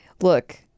Look